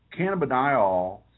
Cannabidiol